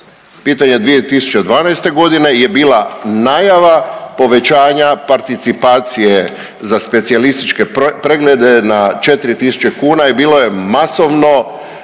pitanje 2012. g. je bila najava povećanja participacije za specijalističke preglede na 4000 kuna i bilo je masovno